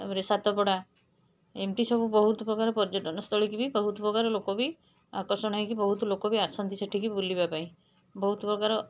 ତା'ପରେ ସାତପଡ଼ା ଏମିତି ସବୁ ବହୁତପ୍ରକାର ପର୍ଯ୍ୟଟନସ୍ଥଳୀ କି ବି ବହୁତପ୍ରକାର ଲୋକ ବି ଆକର୍ଷଣ ହେଇକି ବି ବହୁତ ଲୋକ ଆସନ୍ତି ସେଠିକି ବୁଲିବାପାଇଁ ବହୁତପ୍ରକାର